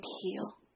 heal